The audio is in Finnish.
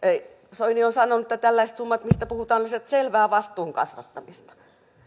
soini on sanonut että tällaiset summat mistä puhutaan olisivat selvää vastuun kasvattamista